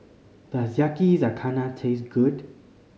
does Yakizakana taste good